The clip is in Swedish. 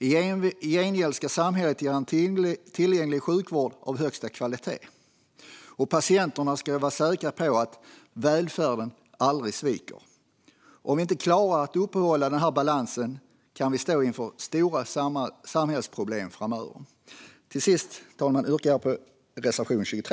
I gengäld ska samhället ge en tillgänglig sjukvård av högsta kvalitet. Och patienterna ska vara säkra på att välfärden aldrig sviker dem. Om vi inte klarar att upprätthålla denna balans kan vi stå inför stora samhällsproblem framöver. Fru talman! Till sist yrkar jag bifall till reservation 23.